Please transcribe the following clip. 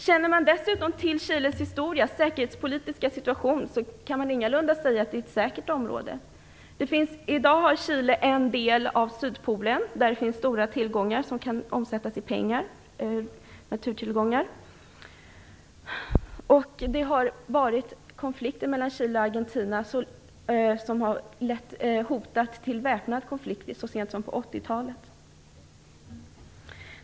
Känner man dessutom till Chiles historia och säkerhetspolitiska situation, kan man ingalunda säga att det är ett säkert område. Chile har i dag ett område i Sydpolen, där det finns stora naturtillgångar som kan omsättas i pengar. Konflikter om detta har förekommit mellan Chile och Argentina och hotade så sent som på 80-talet att bli väpnade konflikter.